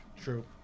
True